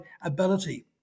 ability